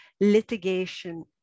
litigation